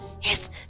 Yes